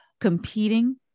competing